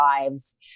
lives